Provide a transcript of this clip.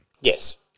Yes